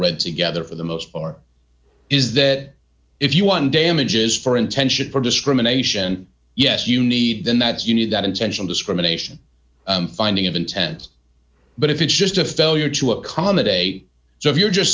read together for the most or is that if you want damages for intension for discrimination yes you need then that you need that intentional discrimination finding of intent but if it's just a failure to accommodate so if you're just